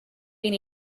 been